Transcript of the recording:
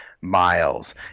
miles